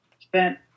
Spent